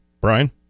Brian